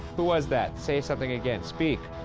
who was that, say something again. speak!